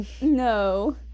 No